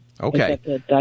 Okay